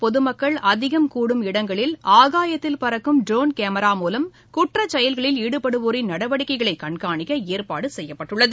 பொதுமக்கள் அதிகம் கூடும் இடங்களில் ஆகாயத்தில் பறக்கும் ட்ரோன் கேமரா மூலம் குற்றச்செயல்களில் ஈடுபடுவோரின் நடவடிக்கைகளை கண்காணிக்க ஏற்பாடு செய்யப்பட்டுள்ளது